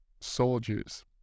soldiers